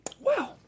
Wow